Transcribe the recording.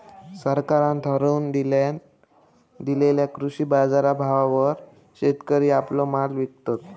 सरकारान ठरवून दिलेल्या कृषी बाजारभावावर शेतकरी आपलो माल विकतत